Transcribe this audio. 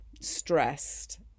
stressed